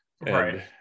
right